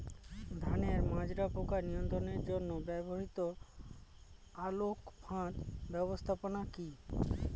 ধানের মাজরা পোকা নিয়ন্ত্রণের জন্য ব্যবহৃত আলোক ফাঁদ ব্যবস্থাপনা কি?